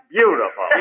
beautiful